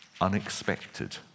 Unexpected